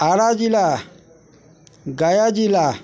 आरा जिला गया जिला